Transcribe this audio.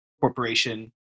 corporation